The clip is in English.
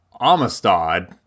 Amistad